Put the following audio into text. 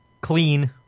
Clean